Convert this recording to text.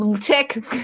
Tick